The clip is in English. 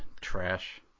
trash